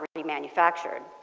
remanufactured.